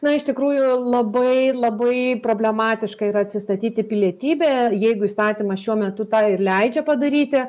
na iš tikrųjų labai labai problematiška yra atsistatyti pilietybę jeigu įstatymas šiuo metu tą ir leidžia padaryti